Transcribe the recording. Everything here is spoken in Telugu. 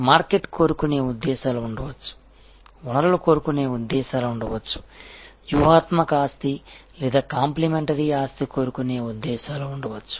మార్కెట్ కోరుకునే ఉద్దేశ్యాలు ఉండవచ్చు వనరులు కోరుకునే ఉద్దేశ్యాలు ఉండవచ్చు వ్యూహాత్మక ఆస్తి లేదా కాంప్లిమెంటరీ ఆస్తి కోరుకునే ఉద్దేశాలు ఉండవచ్చు